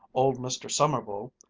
old mr. sommerville,